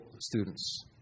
students